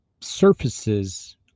surfaces